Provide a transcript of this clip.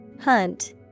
Hunt